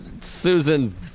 Susan